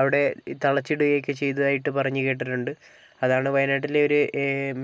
അവിടെ തളച്ചിടുകയൊക്കെ ചെയ്തതായിട്ട് പറഞ്ഞു കേട്ടിട്ടുണ്ട് അതാണ് വയനാട്ടിലെ ഒരു